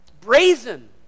brazen